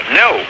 no